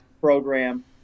program